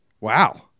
wow